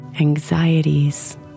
anxieties